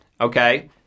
okay